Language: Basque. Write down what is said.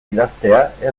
idaztea